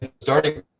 starting